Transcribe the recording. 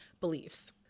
beliefs